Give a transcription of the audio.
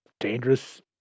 dangerous